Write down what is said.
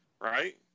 Right